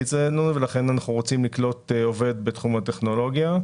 אצלנו ולכן אנחנו רוצים לקלוט עובד בתחום הטכנולוגיה.